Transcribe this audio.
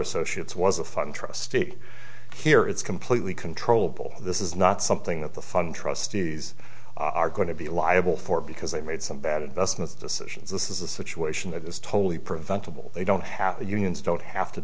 associates was a fun trustee here it's completely controllable this is not something that the fund trustees are going to be liable for because they made some bad investment decisions this is a situation that is totally preventable they don't have the unions don't have to